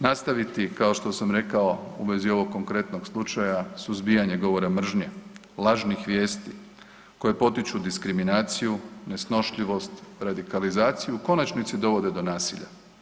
Nastaviti, kao što sam rekao u vezi ovog konkretnog slučaja suzbijanje govora mržnje, lažnih vijesti koje potiču diskriminaciju, nesnošljivost, radikalizaciju i u konačnici dovode do nasilja.